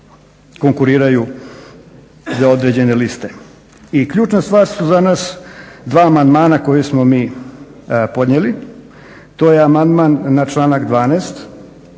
konkuriraju za određene liste. I ključna stvar su za nas dva amandmana koja smo mi podnijeli, to je amandman na članak 12.